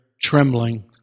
trembling